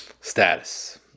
status